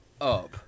up